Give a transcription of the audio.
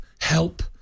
help